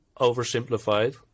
oversimplified